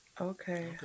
Okay